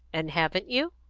and haven't you?